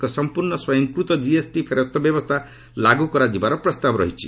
ଏକ ସମ୍ପର୍ଶ୍ଣ ସ୍ୱୟଂକୃତ କିଏସ୍ଟି ଫେରସ୍ତ ବ୍ୟବସ୍ଥା ଲାଗୁ କରାଯିବାର ପ୍ରସ୍ତାବ ରହିଛି